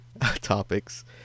topics